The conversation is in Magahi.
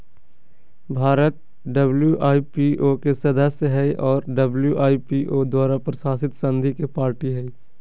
भारत डब्ल्यू.आई.पी.ओ के सदस्य हइ और डब्ल्यू.आई.पी.ओ द्वारा प्रशासित संधि के पार्टी हइ